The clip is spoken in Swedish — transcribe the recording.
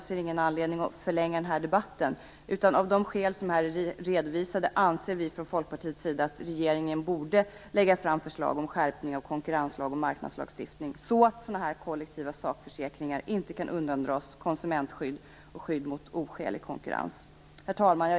Jag ser ingen anledning att förlänga debatten. Herr talman!